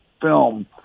film –